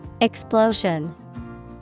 Explosion